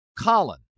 Colin